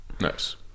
nice